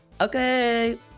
okay